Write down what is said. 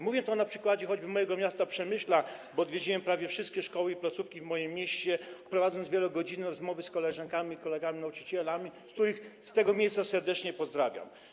Mówię to na przykładzie choćby mojego miasta Przemyśla, w którym odwiedziłem prawie wszystkie szkoły i placówki, prowadząc wielogodzinne rozmowy z koleżankami i kolegami nauczycielami, których z tego miejsca serdecznie pozdrawiam.